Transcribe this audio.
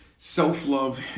Self-love